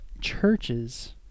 churches